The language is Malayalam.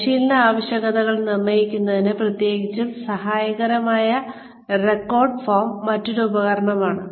പരിശീലന ആവശ്യകതകൾ നിർണയിക്കുന്നതിന് പ്രത്യേകിച്ചും സഹായകമായ ടാസ്ക് വിശകലന റെക്കോർഡ് ഫോം മറ്റൊരു ഉപകരണമാണ്